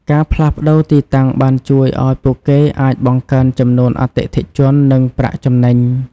ការផ្លាស់ប្តូរទីតាំងបានជួយឱ្យពួកគេអាចបង្កើនចំនួនអតិថិជន និងប្រាក់ចំណេញ។